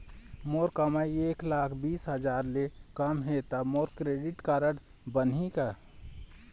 मोर कमाई एक लाख बीस हजार ले कम हे त मोर क्रेडिट कारड बनही का?